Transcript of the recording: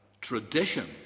Tradition